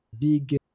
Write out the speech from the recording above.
big